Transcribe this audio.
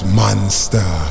monster